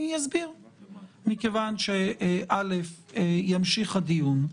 מכיוון שימשיך הדיון,